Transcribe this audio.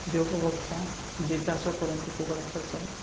ଯେ ଉପବକ୍ତା ଯେ ଚାଷ କରନ୍ତି କୁକୁଡ଼ା ଚାଷ